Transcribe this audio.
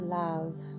love